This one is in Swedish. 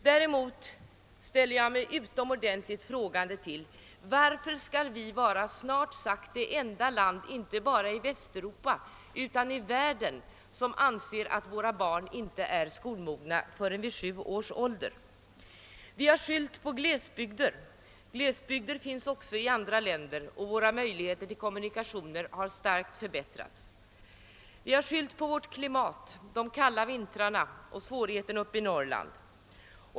Däremot ställer jag mig utomordentligt frågande till varför Sverige skall vara snart sagt det enda land inte bara i Västeuropa utan i världen som anser att barnen inte är skolmogna förrän vid sju års ålder. Vi har skyllt på våra glesbygder, men glesbygder finns också i andra länder, och våra möjligheter till kommunikationer har starkt förbättrats. Vi har skyllt på vårt klimat — de kalla vintrarna och svårigheterna uppe i Norrland.